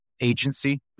agency